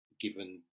given